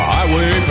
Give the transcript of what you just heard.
Highway